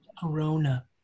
corona